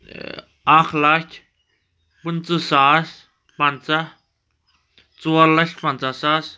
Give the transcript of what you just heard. اکھ لَچھ پٕنٛژٕ ساس پنٛژاہ ژور لَچھ پنٛژاہ ساس